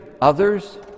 others